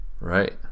Right